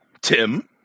Tim